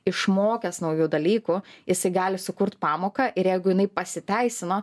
išmokęs naujų dalykų jisai gali sukurt pamoką ir jeigu jinai pasiteisino